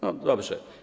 No dobrze.